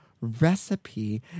recipe